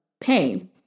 pain